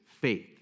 faith